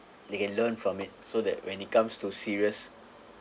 they can learn from it so that when it comes to serious